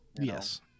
Yes